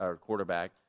quarterback